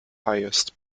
highest